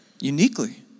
uniquely